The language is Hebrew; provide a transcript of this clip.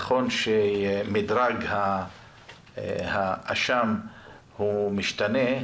נכון שמדרג האשם הוא משתנה,